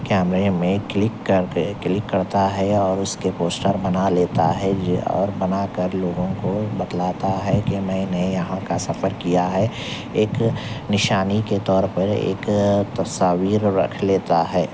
کیمرے میں کلک کر کے کلک کرتا ہے اور اس کے پوسٹر بنا لیتا ہے یہ اور بنا کر لوگوں کو بتلاتا ہے کہ میں نے یہاں کا سفر کیا ہے ایک نشانی کے طور پر ایک تصاویر رکھ لیتا ہے